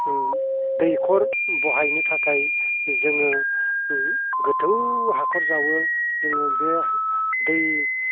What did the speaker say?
दैखर बहायनो थाखाय जोङो गोथौ हाखर जावो जोङो बे दै